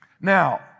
Now